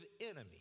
enemy